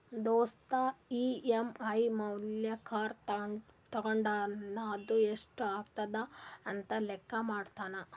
ದೋಸ್ತ್ ಇ.ಎಮ್.ಐ ಮ್ಯಾಲ್ ಕಾರ್ ತೊಂಡಾನ ಅದು ಎಸ್ಟ್ ಆತುದ ಅಂತ್ ಲೆಕ್ಕಾ ಮಾಡ್ಲತಾನ್